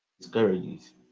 discourages